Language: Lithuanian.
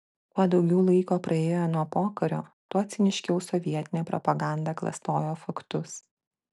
kuo daugiau laiko praėjo nuo pokario tuo ciniškiau sovietinė propaganda klastojo faktus